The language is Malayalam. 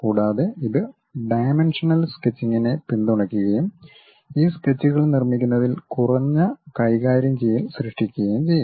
കൂടാതെ ഇത് ഡൈമെൻഷണൽ സ്കെച്ചിംഗിനെ പിന്തുണയ്ക്കുകയും ഈ സ്കെച്ചുകൾ നിർമ്മിക്കുന്നതിൽ കുറഞ്ഞ കൈകാര്യം ചെയ്യൽ സൃഷ്ടിക്കുകയും ചെയ്യുന്നു